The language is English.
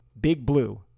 BIGBLUE